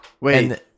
Wait